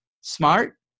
smart